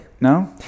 No